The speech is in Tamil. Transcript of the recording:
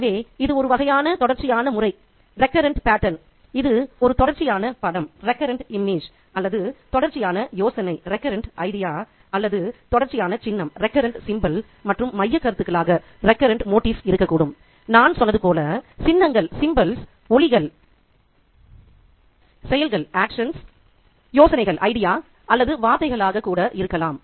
எனவே இது ஒரு வகையான தொடர்ச்சியான முறை இது ஒரு தொடர்ச்சியான படம் அல்லது தொடர்ச்சியான யோசனை அல்லது தொடர்ச்சியான சின்னம் மற்றும் மையக்கருத்துகளாக இருக்கக்கூடும் நான் சொன்னது போல் சின்னங்கள் ஒலிகள் செயல்கள் யோசனைகள் அல்லது வார்த்தைகளாகக் கூட இருக்கலாம்